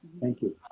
thank you.